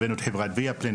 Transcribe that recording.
הבאנו את חברת ויאפלן,